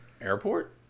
Airport